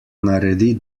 naredi